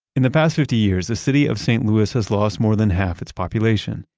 in the past fifty years, the city of st. louis has lost more than half its population.